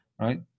right